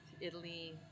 Italy